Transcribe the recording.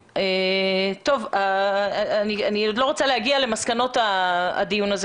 אני עוד לא רוצה להגיע למסקנות הדיון הזה